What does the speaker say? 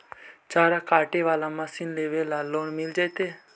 चारा काटे बाला मशीन लेबे ल लोन मिल जितै का?